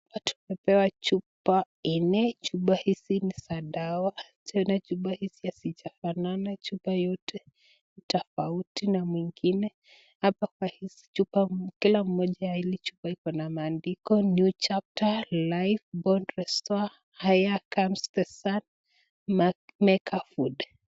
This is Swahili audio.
Hapa tumepewa chupa nne , chupa hizi ni za dawa tena chupa hizi hazijafanana, chupa yote ni tofauti na mwingine hapa kwa hizi chupa kila mmoja ya hizi chupa iko na maandiko new chapter, life, bond restore, mega food .